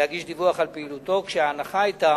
להגיש דיווח על פעילותו, וההנחה היתה